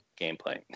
gameplay